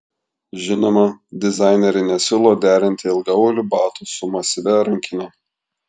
žinoma dizaineriai nesiūlo derinti ilgaaulių batų su masyvia rankine